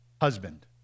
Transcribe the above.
husband